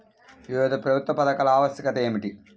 వివిధ ప్రభుత్వ పథకాల ఆవశ్యకత ఏమిటీ?